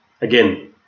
again